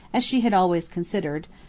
as she had always considered,